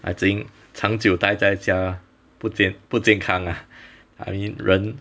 I think 长久呆在家不建不健康啊 I mean 人